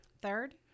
third